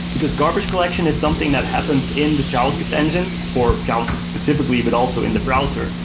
because garbage collection is something that happens in the javascript engine for javascript specifically, but also in the browser.